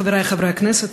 חברי חברי הכנסת,